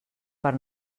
per